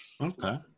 okay